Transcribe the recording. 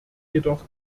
jedoch